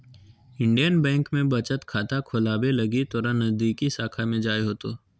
Indian Bank में बचत खाता खोलावे लगी तोरा नजदीकी शाखा में जाय होतो